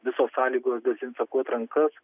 visos sąlygos dezinfekuot rankas